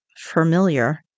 familiar